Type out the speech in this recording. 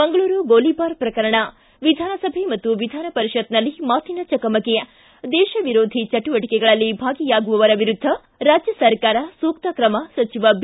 ಮಂಗಳೂರು ಗೋಲಿಬಾರ್ ಪ್ರಕರಣ ವಿಧಾನಸಭೆ ಮತ್ತು ವಿಧಾನ ಪರಿಷತ್ನಲ್ಲಿ ಮಾತಿನ ಚಕಮಕಿ ್ಟಿ ದೇಶ ವಿರೋಧ ಚಟುವಟಿಕೆಗಳಲ್ಲಿ ಭಾಗಿಯಾಗಿರುವವರ ವಿರುದ್ಧ ರಾಜ್ಯ ಸರ್ಕಾರ ಸೂಕ್ತ ಕ್ರಮ ಸಚಿವ ಬಿ